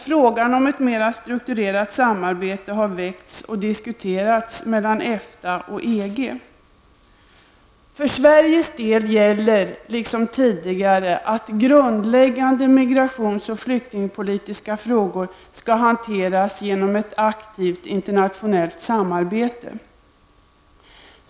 Frågan om ett mer strukturerat samarbeta har väckts och diskuterats mellan EFTA För Sveriges del gäller liksom tidigare att grundläggande migrations och flyktingpolitiska frågor skall hanteras genom ett aktivt internationellt samarbete.